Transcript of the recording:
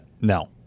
no